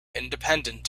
independent